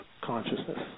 consciousness